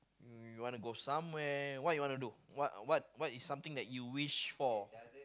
you want to go somewhere what you want to do what what what is something that you wish for